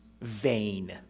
vain